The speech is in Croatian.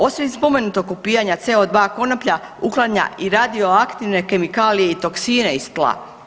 Osim spomenutog opijanja CO2 konoplja uklanja i radio aktivne kemikalije i toksine iz tla.